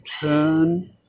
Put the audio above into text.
turn